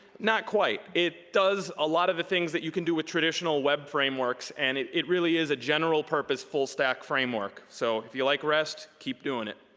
not quite. it does a lot of the things that you can do with traditional web frameworks and it it really is a general purpose full-stack framework, so if you like rest, keep doing it.